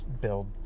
build